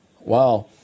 Wow